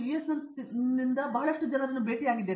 ಎಸ್ನ ಬಹಳಷ್ಟು ಜನರನ್ನು ಭೇಟಿಯಾದ್ದೆ